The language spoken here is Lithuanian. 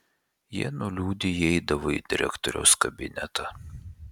jie nuliūdę įeidavo į direktoriaus kabinetą